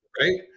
Right